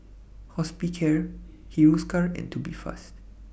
Hospicare Hiruscar and Tubifast